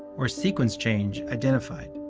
or sequence change, identified.